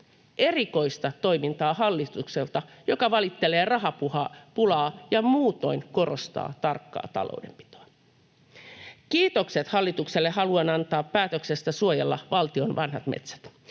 erikoista toimintaa hallitukselta, joka valittelee rahapulaa ja muutoin korostaa tarkkaa taloudenpitoa. Kiitokset hallitukselle haluan antaa päätöksestä suojella valtion vanhat metsät.